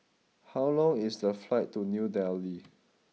how long is the flight to New Delhi